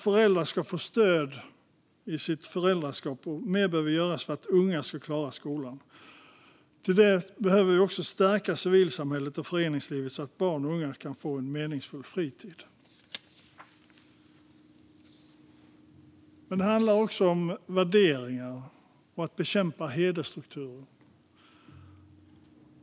Föräldrar ska få stöd i sitt föräldraskap, och mer behöver göras för att unga ska klara skolan. Vi behöver även stärka civilsamhället och föreningslivet, så att barn och unga kan få en meningsfull fritid. Det handlar också om värderingar och om att bekämpa hedersstrukturer.